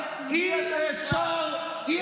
חבר הכנסת גדעון סער,